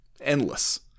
endless